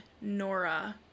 Nora